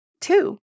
Two